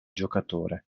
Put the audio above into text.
giocatore